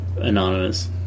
Anonymous